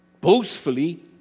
boastfully